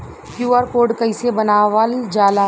QR code कइसे बनवाल जाला?